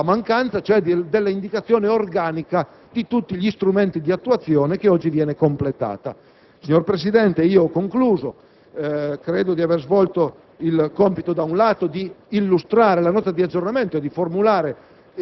la mancanza di un'indicazione organica di tutti gli strumenti di attuazione, che oggi viene completata. Signor Presidente, ho terminato. Credo di aver svolto il compito, da un lato, di illustrare la Nota di aggiornamento e, dall'altro,